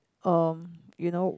uh you know